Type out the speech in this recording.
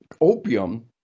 opium